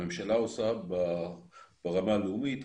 הממשלה עושה ברמה הלאומית,